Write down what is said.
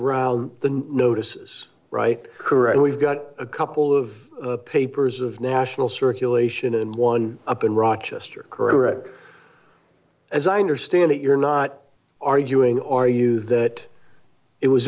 around the notices right correct we've got a couple of papers of national circulation and one up in rochester correct as i understand it you're not arguing are you that it was